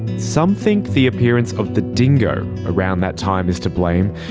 some think the appearance of the dingo around that time is to blame,